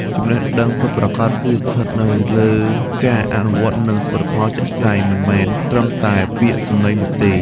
ចំណេះដឹងពិតប្រាកដ គឺស្ថិតនៅលើការអនុវត្ត និងសមិទ្ធផលជាក់ស្ដែង មិនមែនត្រឹមតែពាក្យសម្ដីនោះទេ។